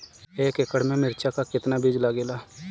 एक एकड़ में मिर्चा का कितना बीज लागेला?